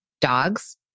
dogs